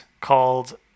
called